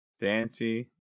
Dancy